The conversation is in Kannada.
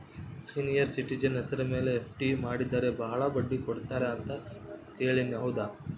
ಸೇನಿಯರ್ ಸಿಟಿಜನ್ ಹೆಸರ ಮೇಲೆ ಎಫ್.ಡಿ ಮಾಡಿದರೆ ಬಹಳ ಬಡ್ಡಿ ಕೊಡ್ತಾರೆ ಅಂತಾ ಕೇಳಿನಿ ಹೌದಾ?